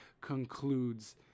concludes